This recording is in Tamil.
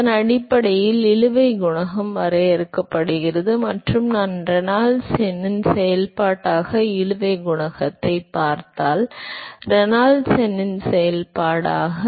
எனவே அதன் அடிப்படையில் இழுவை குணகம் வரையறுக்கப்படுகிறது மற்றும் நான் ரேனால்ட்ஸ் எண்ணின் செயல்பாடாக இழுவை குணகத்தைப் பார்த்தால் ரெனால்ட்ஸ் எண்ணின் செயல்பாடாக